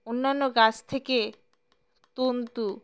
অন্যান্য গাছ থেকে তন্তু